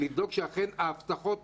יש לבדוק שאכן ההבטחות